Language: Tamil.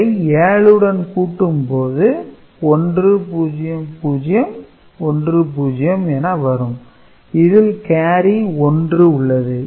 இதை 7 உடன் கூட்டும்போது 10010 என வரும் இதில் கேரி 1 உள்ளது